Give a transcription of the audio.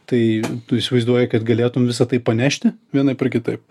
tai tu įsivaizduoji kad galėtum visa tai panešti vienaip ar kitaip